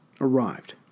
arrived